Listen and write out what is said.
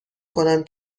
کنم